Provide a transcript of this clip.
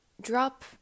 drop